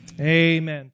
amen